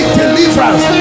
deliverance